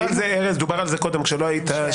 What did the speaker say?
ארז, דובר על זה קודם כשלא היית.